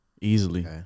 easily